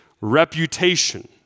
reputation